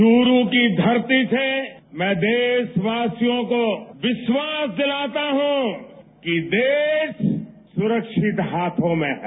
चुरू की धरती से मैं देशवासियों को विश्वास दिलाता हूं कि देश सुरक्षित हाथों में है